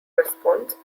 response